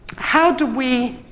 how do we,